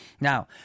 Now